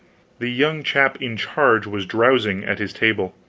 the young chap in charge was drowsing at his table.